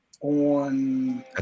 on